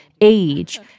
age